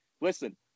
Listen